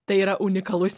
tai yra unikalus